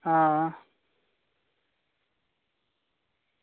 आं